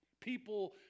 People